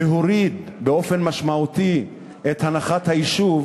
להוריד באופן משמעותי את הנחת היישוב.